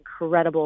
incredible